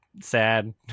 sad